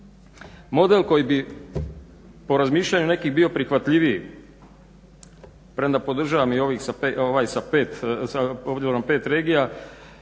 model koji bi po razmišljanju nekih bio prihvatljiviji, premda podržavam i ovaj s obzirom na pet regija